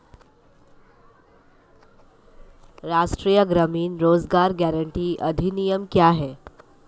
राष्ट्रीय ग्रामीण रोज़गार गारंटी अधिनियम क्या है?